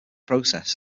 process